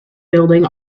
building